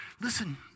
listen